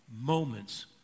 moments